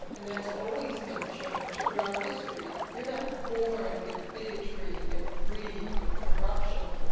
and that's always been changed throughout history. you're not born with bigotry, and greed, and corruption,